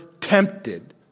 tempted